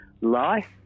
life